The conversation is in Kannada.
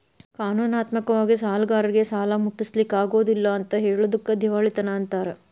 ಕಾನೂನಾತ್ಮಕ ವಾಗಿ ಸಾಲ್ಗಾರ್ರೇಗೆ ಸಾಲಾ ಮುಟ್ಟ್ಸ್ಲಿಕ್ಕಗೊದಿಲ್ಲಾ ಅಂತ್ ಹೆಳೊದಕ್ಕ ದಿವಾಳಿತನ ಅಂತಾರ